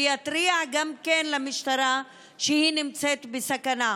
ויתריע גם כן למשטרה שהיא נמצאת בסכנה.